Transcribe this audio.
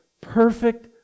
perfect